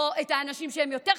או את האנשים שהם יותר חזקים,